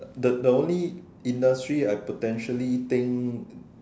the the only industry I potentially think